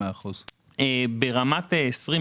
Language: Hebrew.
ב-2021,